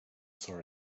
saw